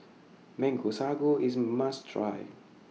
Mango Sago IS must Try